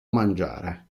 mangiare